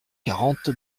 quarante